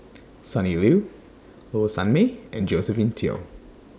Sonny Liew Low Sanmay and Josephine Teo